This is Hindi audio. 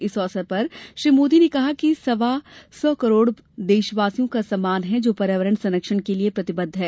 इस अवसर पर श्री मोदी ने कहा कि यह सवा सौ करोड़ देशवासियों का सम्मान है जो पर्यावरण संरक्षण के लिए प्रतिबद्ध हैं